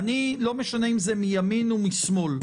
לא משנה אם זה מימין או משמאל,